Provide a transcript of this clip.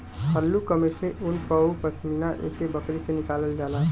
हल्लुक कश्मीरी उन औरु पसमिना एक्के बकरी से निकालल जाला